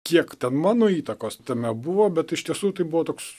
kiek ten mano įtakos tame buvo bet iš tiesų tai buvo toks